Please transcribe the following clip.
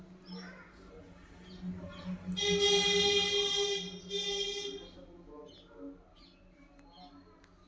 ಜೇನುಸಾಕಣಿಯೊಳಗ ಜೇನುತುಪ್ಪಾನ ಜೇನುಗೂಡಿಂದ ತಗಿಯೋದು ಮುಖ್ಯ ಹಂತ ಆಗೇತಿ ಜೇನತುಪ್ಪಾನ ಸ್ವಚ್ಯಾಗಿ ದ್ರವರೂಪದಾಗ ಬ್ಯಾರೆ ಮಾಡ್ತಾರ